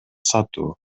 сатуу